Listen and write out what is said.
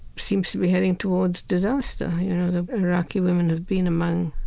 seems to be heading towards disaster. you know, the iraqi women have been among